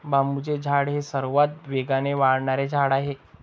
बांबूचे झाड हे सर्वात वेगाने वाढणारे झाड आहे